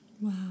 Wow